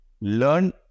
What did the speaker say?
Learn